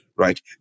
right